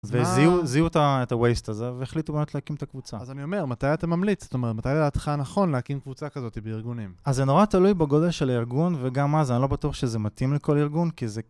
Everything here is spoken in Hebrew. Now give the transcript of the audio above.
וזיהו את ה-waste הזה, והחליטו באמת להקים את הקבוצה. אז אני אומר, מתי אתה ממליץ? זאת אומרת, מתי לדעתך נכון להקים קבוצה כזאת בארגונים? אז זה נורא תלוי בגודל של ארגון, וגם אז אני לא בטוח שזה מתאים לכל ארגון, כי זה...